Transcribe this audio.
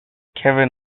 kevin